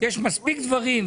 יש מספיק דברים,